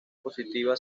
positiva